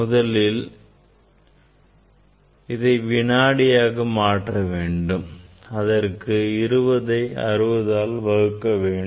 முதலில் நான் அதை வினாடியாக மாற்ற வேண்டும் அதற்கு 20ஐ 60ஆல் வகுக்க வேண்டும்